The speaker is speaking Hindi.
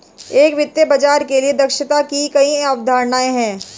एक वित्तीय बाजार के लिए दक्षता की कई अवधारणाएं हैं